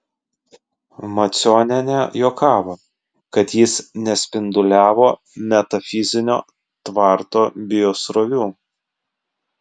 macionienė juokavo kad jis nespinduliavo metafizinio tvarto biosrovių